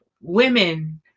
women